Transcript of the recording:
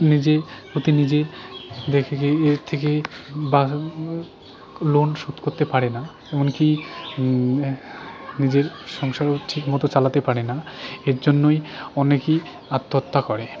নিজের প্রতি নিজে দেখে যে এর থেকে বা লোন শোধ করতে পারে না এমনকি নিজের সংসারও ঠিকমতো চালাতে পারে না এর জন্যই অনেকেই আত্মহত্যা করে